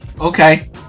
okay